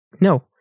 no